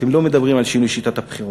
אתם לא מדברים על שינוי שיטת הבחירות.